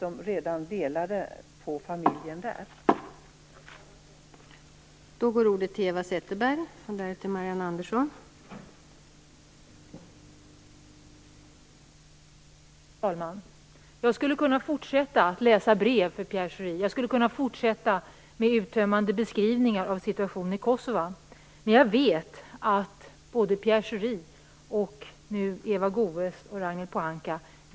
De delade alltså på familjen redan där.